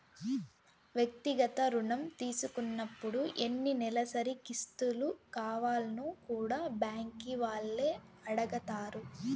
వ్యక్తిగత రుణం తీసుకున్నపుడు ఎన్ని నెలసరి కిస్తులు కావాల్నో కూడా బ్యాంకీ వాల్లే అడగతారు